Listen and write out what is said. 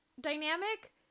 dynamic